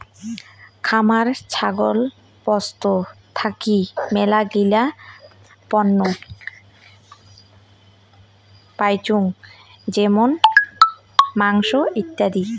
খামার ছাগল পশু থাকি মেলাগিলা পণ্য পাইচুঙ যেমন মাংস, ইত্যাদি